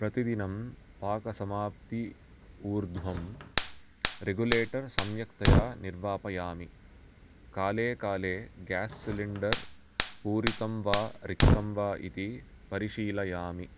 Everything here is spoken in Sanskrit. प्रतिदिनं पाकसमाप्ति ऊर्ध्वं रेगुलेटर् सम्यक्तया निर्वापयामि काले काले गेस् सिलिण्डर् पूरितं वा रिक्तं वा इति परिशीलयामि